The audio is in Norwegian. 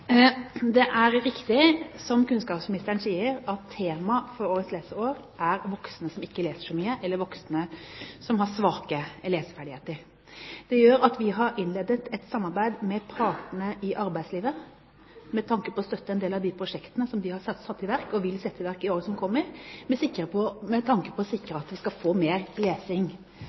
mye, eller voksne som har svake leseferdigheter. Det gjør at vi har innledet et samarbeid med partene i arbeidslivet med tanke på å støtte en del av prosjektene de har satt i verk og vil sette i verk i året som kommer, med tanke på å sikre at vi skal få mer lesing